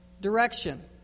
direction